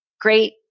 great